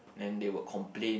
and they will complain